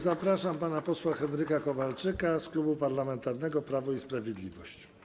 Zapraszam pana posła Henryka Kowalczyka z Klubu Parlamentarnego Prawo i Sprawiedliwość.